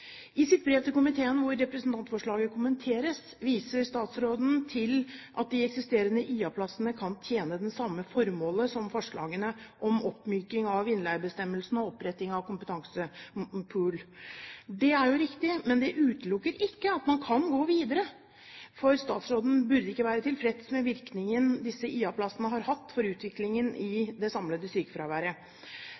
I sitt brev til komiteen hvor representantforslaget kommenteres, viser statsråden til at de eksisterende IA-plassene kan tjene det samme formålet som forslagene om oppmykning av innleiebestemmelsene og oppretting av kompetansepool. Det er jo riktig. Men det utelukker ikke at man kan gå videre, for statsråden burde ikke være tilfreds med virkningen disse IA-plassene har hatt for utviklingen i